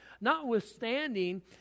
notwithstanding